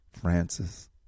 Francis